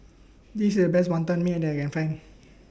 This IS The Best Wantan Mee that I Can Find